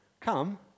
Come